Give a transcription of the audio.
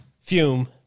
Fume